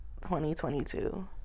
2022